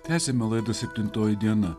tęsiame laidą septintoji diena